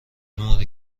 موری